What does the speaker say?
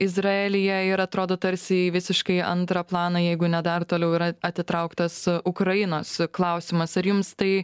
izraelyje ir atrodo tarsi į visiškai antrą planą jeigu ne dar toliau yra atitrauktas ukrainos klausimas ar jums tai